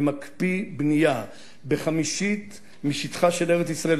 ומקפיא בנייה בחמישית משטחה של ארץ-ישראל,